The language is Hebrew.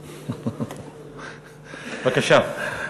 בבקשה.